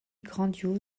grandiose